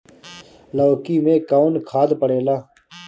लौकी में कौन खाद पड़ेला?